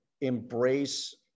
embrace